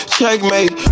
Checkmate